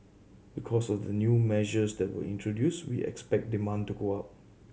because of the new measures that were introduced we expect demand to go up